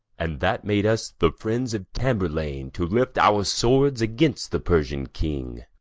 and that made us, the friends of tamburlaine, to lift our swords against the persian king.